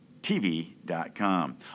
TV.com